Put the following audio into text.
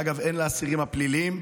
שאגב אין לאסירים הפליליים.